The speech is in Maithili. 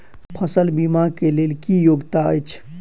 फसल बीमा केँ लेल की योग्यता अछि?